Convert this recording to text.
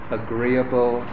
agreeable